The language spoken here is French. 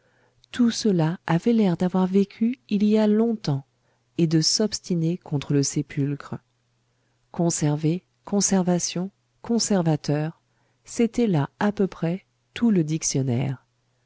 tout cela avait l'air d'avoir vécu il y a longtemps et de s'obstiner contre le sépulcre conserver conservation conservateur c'était là à peu près tout le dictionnaire